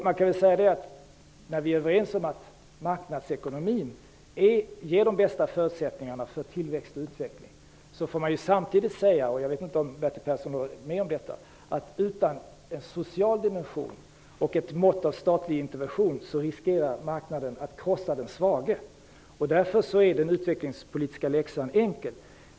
Man kan säga så här: Om vi är överens om att marknadsekonomin ger de bästa förutsättningarna för tillväxt och utveckling, så får man samtidigt säga - jag vet inte om Bertil Persson håller med om detta - att utan en social dimension och ett mått av statlig intervention riskerar marknaden att krossa den svage. Därför är den utvecklingspolitiska läxan enkel.